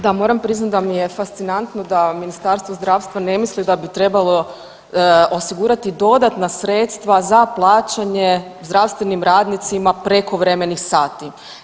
Da, moram priznati da mi je fascinantno da Ministarstvo zdravstva ne misli da bi trebalo osigurati dodatna sredstva za plaćanje zdravstvenim radnicima prekovremenih sati.